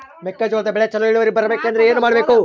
ಮೆಕ್ಕೆಜೋಳದ ಬೆಳೆ ಚೊಲೊ ಇಳುವರಿ ಬರಬೇಕಂದ್ರೆ ಏನು ಮಾಡಬೇಕು?